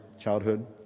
childhood